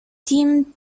tim